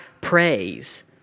praise